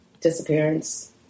disappearance